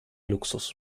luxus